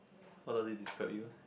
how does it describe you